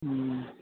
ہوں